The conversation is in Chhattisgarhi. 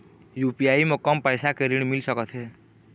यू.पी.आई म कम पैसा के ऋण मिल सकथे?